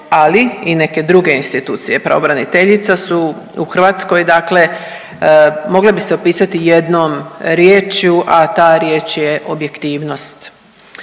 ali i neke druge institucije pravobraniteljica su u Hrvatskoj dakle mogle bi se opisati jednom riječju a ta riječ je objektivnost.